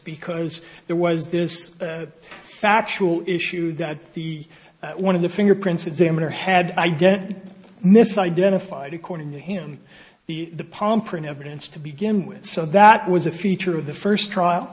because there was this factual issue that the one of the fingerprints examiner had i don't mis identified according to him the palm print evidence to begin with so that was a feature of the first trial